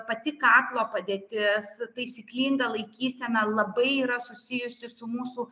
pati kaklo padėtis taisyklinga laikysena labai yra susijusi su mūsų